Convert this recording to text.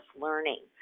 learning